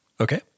Okay